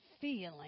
feeling